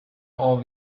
all